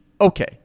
Okay